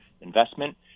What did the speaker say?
investment